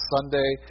Sunday